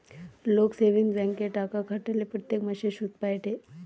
লোক সেভিংস ব্যাঙ্কে টাকা খাটালে প্রত্যেক মাসে সুধ পায়েটে